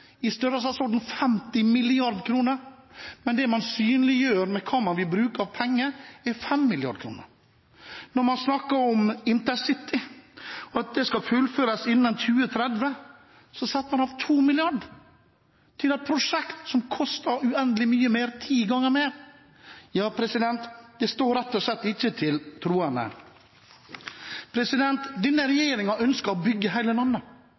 i størrelsesorden 50 mrd. kr, men det man synliggjør ut fra hva man vil bruke av penger, er 5 mrd. kr. Man snakker om intercity, at det skal fullføres inn 2030, og så setter man av 2 mrd. kr – til et prosjekt som koster så uendelig mye mer, ti ganger mer! Det står rett og slett ikke til troende. Denne regjeringen ønsker å bygge hele landet.